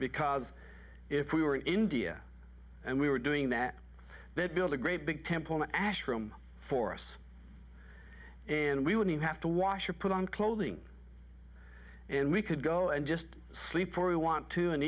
because if we were in india and we were doing that they'd build a great big temple an ash room for us and we wouldn't have to wash or put on clothing and we could go and just sleep or we want to and